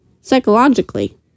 psychologically